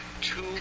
two